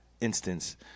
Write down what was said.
instance